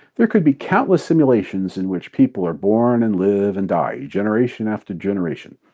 there could be countless simulations in which people are born and live and die, generation after generation.